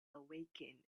awaken